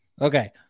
Okay